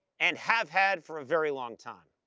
and have had for a very long time.